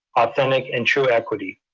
authentic and true equity.